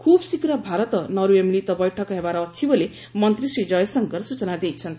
ଖୁବ୍ଶୀଘ୍ର ଭାରତ ନରୱେ ମିଳିତ ବୈଠକ ହେବାର ଅଛି ବୋଲି ମନ୍ତ୍ରୀ ଶ୍ରୀ ଜୟଶଙ୍କର ସ୍ବଚନା ଦେଇଛନ୍ତି